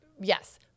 Yes